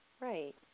Right